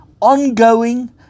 ongoing